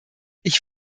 ich